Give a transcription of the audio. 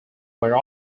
were